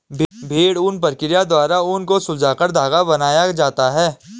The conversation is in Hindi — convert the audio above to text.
भेड़ ऊन प्रक्रिया द्वारा ऊन को सुलझाकर धागा बनाया जाता है